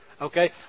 Okay